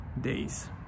days